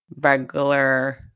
regular